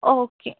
okay